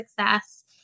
success